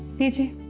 duty.